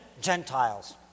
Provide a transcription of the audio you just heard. Gentiles